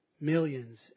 millions